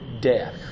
death